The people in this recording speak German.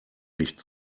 nicht